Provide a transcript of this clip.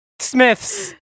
smiths